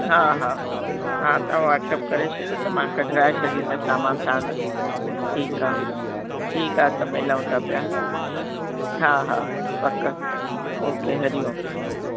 हा हा हा तां वॉट्सप करे छॾियो त मां कढाए छॾींदसि सामान तव्हांजो ठीकु आहे ठीकु आहे त मिलूं था पिया हा हा पक ओके हरि ओम